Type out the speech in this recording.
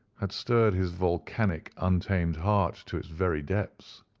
had stirred his volcanic, untamed heart to its very depths.